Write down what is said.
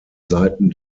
seiten